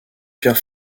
pierre